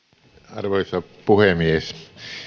arvoisa puhemies